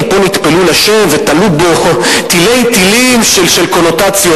כי פה נטפלו לשם ותלו בו תלי-תלים של קונוטציות.